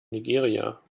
nigeria